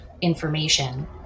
information